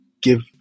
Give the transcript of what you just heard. give